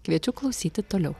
kviečiu klausyti toliau